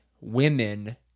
women